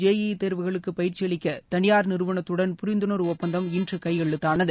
JEE தேர்வுகளுக்கு பயிற்சி அளிக்க தனியார் நிறுவனத்துடன் புரிந்துணர்வு ஒப்பந்தம் இன்று கையெழுத்தானது